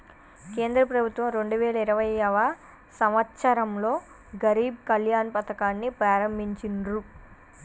కేంద్ర ప్రభుత్వం రెండు వేల ఇరవైయవ సంవచ్చరంలో గరీబ్ కళ్యాణ్ పథకాన్ని ప్రారంభించిర్రు